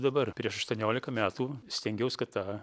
dabar prieš aštuoniolika metų stengiaus kad tą